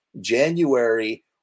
January